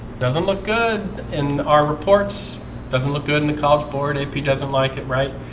doesn't look good in our reports doesn't look good in the college board if he doesn't like it, right?